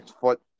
foot